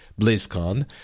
BlizzCon